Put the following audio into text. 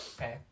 Okay